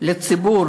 ולציבור